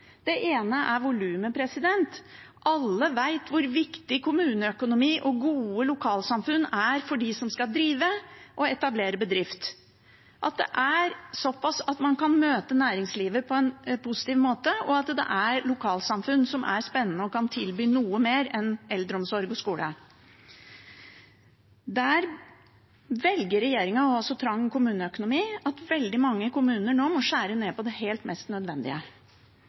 Det ene er volumet: Alle vet hvor viktig kommuneøkonomi og gode lokalsamfunn er for dem som skal drive og etablere bedrift – at det er såpass at man kan møte næringslivet på en positiv måte, og at det er lokalsamfunn som er spennende og kan tilby noe mer enn eldreomsorg og skole. Der velger regjeringen å ha så trang kommuneøkonomi at veldig mange kommuner nå må skjære ned på det mest nødvendige.